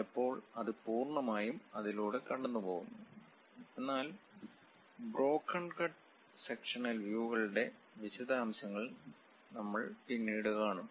ചിലപ്പോൾ അത് പൂർണ്ണമായും അതിലൂടെ കടന്നുപോകുന്നു എന്നാൽ ബ്രോകൺ കട്ട് സെക്ഷനൽ വ്യൂ കൾടെ വിശദാംശങ്ങൾ നമ്മൾ പിന്നീട് കാണും